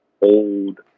old